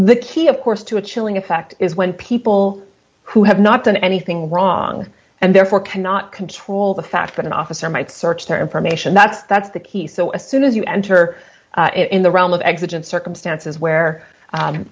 key of course to a chilling effect is when people who have not done anything wrong and therefore cannot control the fact that an officer might search their information that's that's the key so as soon as you enter it in the realm of exit in circumstances where